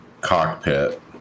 cockpit